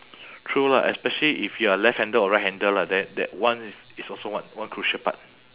true lah especially if you are left handed or right handed lah then that one is is also one one crucial part